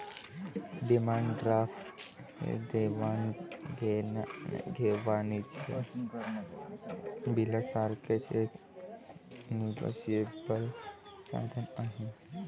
demand draft हे देवाण घेवाणीच्या बिलासारखेच एक निगोशिएबल साधन आहे